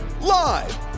Live